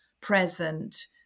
present